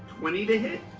twenty to hit.